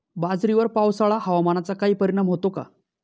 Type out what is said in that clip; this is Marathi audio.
बाजरीवर पावसाळा हवामानाचा काही परिणाम होतो का?